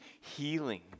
healing